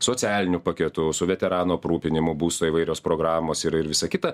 socialiniu paketu su veteranų aprūpinimu būsto įvairios programos ir ir visa kita